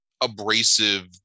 abrasive